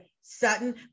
Sutton